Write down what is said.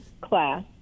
class